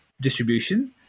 distribution